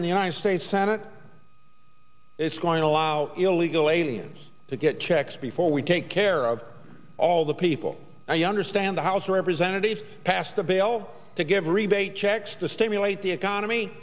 in the united states senate it's going to allow illegal aliens to get checks before we take care of all the people i understand the house of representatives passed a bill to give rebate checks to stimulate the economy